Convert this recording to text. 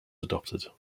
adopted